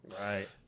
Right